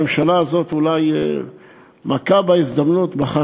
הממשלה הזאת אולי מכה בחרדים,